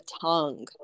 tongue